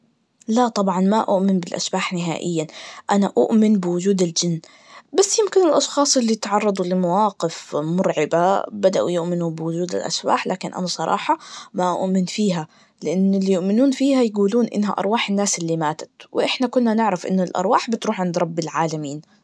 لا طبعاً ما أؤمن بالأشباح نهائياً, أنا أؤمن بوجود الجن, بس يمكن الأشخاص اللي يتعرضون لمواقف مرعبة, بدأوا يؤممنوا بوجود الأشباح, لكن أنا بصراحة, ما أؤمن فيها, لأن اللي يؤمنون فيها يقولون إنها أرواح الناس اللي مااتت, وإحنا كنا نعرف إن الأرواح بتروح عن رب العالمين.